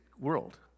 world